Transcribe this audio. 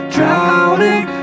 Drowning